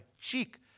cheek